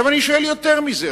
עכשיו אני שואל יותר מזה,